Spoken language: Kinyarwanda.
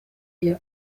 iyo